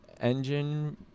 engine